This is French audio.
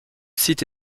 site